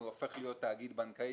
הוא הופך להיות תאגיד בנקאי,